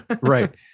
Right